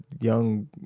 young